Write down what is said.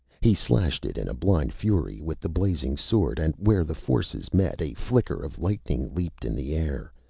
he slashed it in a blind fury with the blazing sword, and where the forces met a flicker of lightning leaped in the air,